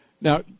Now